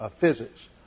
physics